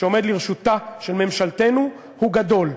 שעומד לרשותה של ממשלתנו הוא גדול.